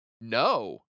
No